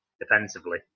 defensively